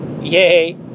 Yay